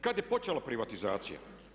Kada je počela privatizacija?